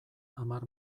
hamar